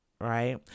Right